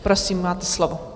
Prosím, máte slovo.